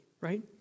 right